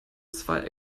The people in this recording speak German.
zwei